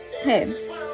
hey